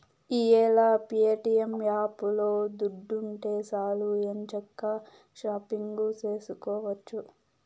ఈ యేల ప్యేటియం యాపులో దుడ్డుంటే సాలు ఎంచక్కా షాపింగు సేసుకోవచ్చు